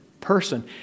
person